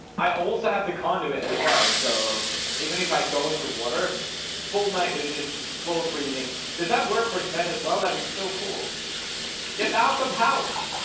i also have the conduit as well. so even if i go into water full night vision full breathing does that work for sven as well? that'd be so cool get the out of house